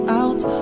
out